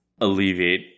alleviate